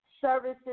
services